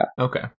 Okay